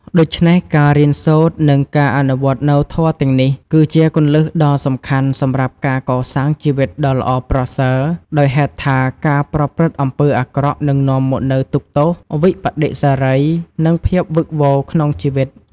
ដូច្នេះ ការរៀនសូត្រ និងការអនុវត្តនូវធម៌ទាំងនេះ គឺជាគន្លឹះដ៏សំខាន់សម្រាប់ការកសាងជីវិតដ៏ល្អប្រសើរ ដោយហេតុថាការប្រព្រឹត្តអំពើអាក្រក់នឹងនាំមកនូវទុក្ខទោស វិប្បដិសារី និងភាពវឹកវរក្នុងជីវិត។